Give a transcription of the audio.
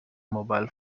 mobile